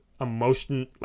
emotion